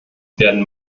werden